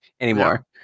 anymore